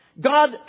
God